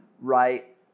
right